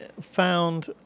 found